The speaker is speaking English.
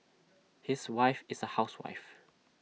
his wife is A housewife